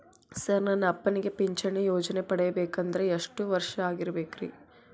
Sir ನನ್ನ ಅಪ್ಪನಿಗೆ ಪಿಂಚಿಣಿ ಯೋಜನೆ ಪಡೆಯಬೇಕಂದ್ರೆ ಎಷ್ಟು ವರ್ಷಾಗಿರಬೇಕ್ರಿ?